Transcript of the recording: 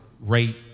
rate